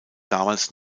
damals